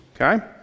Okay